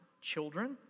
children